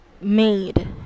made